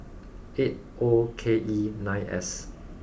eight O K E nine S